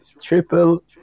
triple